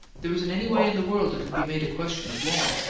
there isn't any way in the world it could be made a question of law.